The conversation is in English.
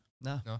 No